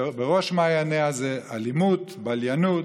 שבראש מעייניה אלימות, בליינות,